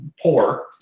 poor